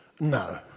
No